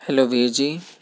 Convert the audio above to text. hello ਵੀਰ ਜੀ